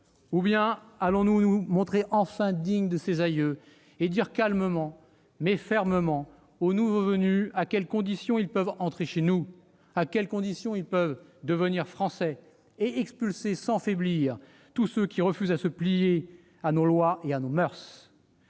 Ou bien allons-nous nous montrer enfin dignes de ces aïeux et dire calmement, mais fermement, aux nouveaux venus à quelles conditions ils peuvent entrer chez nous, à quelles conditions ils peuvent devenir Français et expulser sans faiblir tous ceux qui refusent de se plier à nos lois et à nos moeurs ?